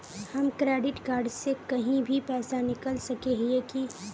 हम credit card से कहीं भी पैसा निकल सके हिये की?